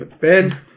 Ben